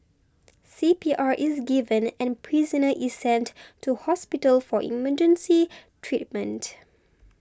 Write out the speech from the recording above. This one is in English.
C P R is given and prisoner is sent to hospital for emergency treatment